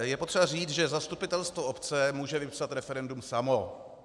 Je potřeba říci, že zastupitelstvo obce může vypsat referendum samo.